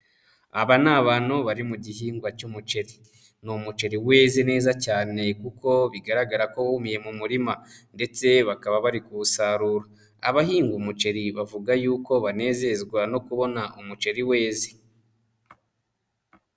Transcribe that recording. Aba ni abantu bari mu gihingwa cy'umuceri, ni umuceri wize neza cyane kuko bigaragara ko wubiye mu murima ndetse bakaba bari kuwusarura, abahinga umuceri bavuga yuko banezezwa no kubona umuceri weze.